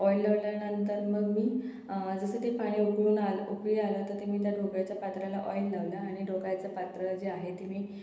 oil लावल्यानंतर मग मी जसं ते पाणी उकळून आलं उकळी आलं तर मी त्या ढोकळ्याच्या पातेल्याला ऑइल लावलं आणि ढोकळ्याचं पात्र जे आहे ते मी